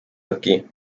aquí